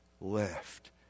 left